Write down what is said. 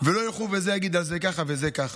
ולא ילכו וזה יגיד על זה ככה וזה ככה.